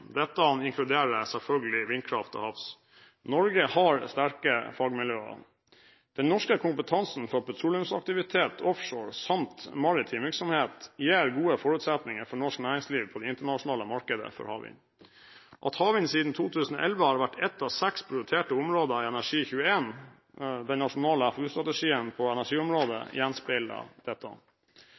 Dette inkluderer selvfølgelig vindkraft til havs. Norge har sterke fagmiljøer. Den norske kompetansen på petroleumsaktivitet offshore samt maritim virksomhet gir gode forutsetninger for norsk næringsliv på det internasjonale markedet for havvind. At havvind siden 2011 har vært et av seks prioriterte områder i Energi21 – den nasjonale FoU-strategien på energiområdet – gjenspeiler dette.